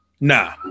Nah